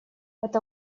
это